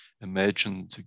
imagine